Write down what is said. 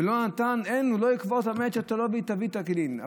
ולא נתן לקבור את המת עד שלא יביא טבין ותקילין.